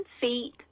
feet